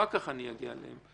אחר כך אני אגיע אליהם.